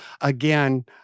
again